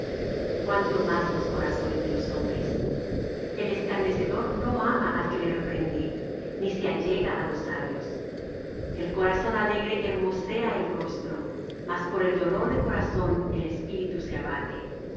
cuánto más los corazones de los hombres el escarnecedor no ama al que le reprende ni se allega á los sabios el corazón alegre hermosea el rostro mas por el dolor de corazón el espíritu se abate